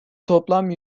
toplam